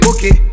Okay